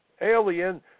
alien